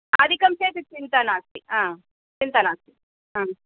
अधिकं चेत् चिन्ता नास्ति हा चिन्ता नास्ति आम्